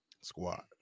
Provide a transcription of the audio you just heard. Squad